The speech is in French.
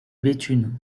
béthune